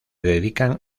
dedican